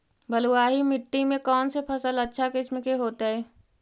बलुआही मिट्टी में कौन से फसल अच्छा किस्म के होतै?